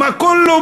מא כּולו,